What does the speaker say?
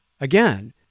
Again